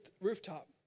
rooftop